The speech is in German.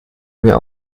mir